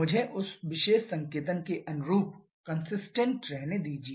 मुझे उस विशेष संकेतन के अनुरूप कंसिस्टेंट रहने दीजिए